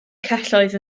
celloedd